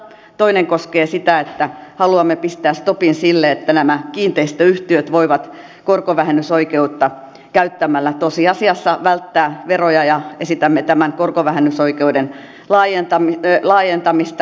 toinen koskee sitä että haluamme pistää stopin sille että nämä kiinteistöyhtiöt voivat korkovähennysoikeutta käyttämällä tosiasiassa välttää veroja ja esitämme tämän korkovähennysoikeuden laajentamista